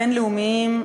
בין-לאומיים,